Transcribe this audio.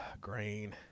grain